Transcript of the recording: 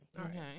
Okay